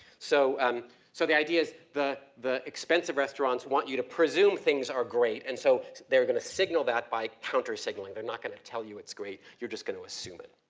so um so the idea is the, the expensive restaurants want you to presume things are great and so they're gonna signal that by counter signaling. they're not gonna tell you it's great, you're just gonna assume it.